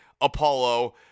Apollo